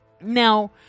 Now